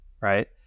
right